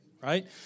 right